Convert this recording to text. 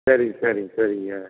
சரிங்க சரிங்க சரிங்க